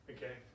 Okay